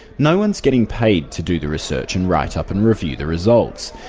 no-one's getting paid to do the research and write up and review the results.